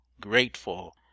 grateful